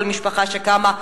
כל משפחה שקמה,